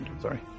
Sorry